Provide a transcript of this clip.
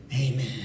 Amen